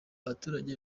abaturage